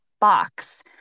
box